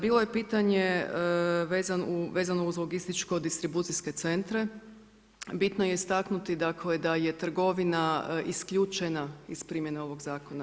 Bilo je pitanje, vezano uz logističko distribucijske centre, bitno je istaknuti, dakle, da je trgovina isključena iz primjenu ovog zakona.